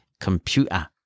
computer